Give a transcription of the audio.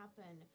happen